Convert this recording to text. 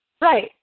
Right